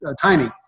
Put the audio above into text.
timing